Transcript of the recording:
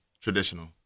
traditional